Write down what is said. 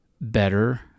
better